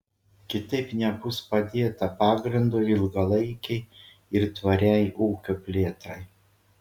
kitaip nebus padėta pagrindo ilgalaikei ir tvariai ūkio plėtrai